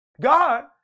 God